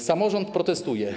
Samorząd protestuje.